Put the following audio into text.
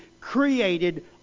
created